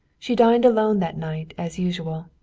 she dined alone that night, as usual.